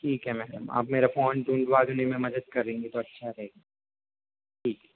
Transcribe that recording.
ठीक है मैडम आप मेरा फ़ोन ढूंढवा देने में मदद करेंगे तो अच्छा रहेगा ठीक है